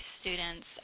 students